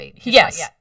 yes